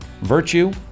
Virtue